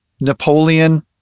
Napoleon